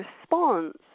response